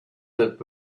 that